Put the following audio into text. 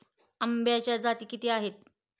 आंब्याच्या जाती किती आहेत?